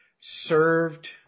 served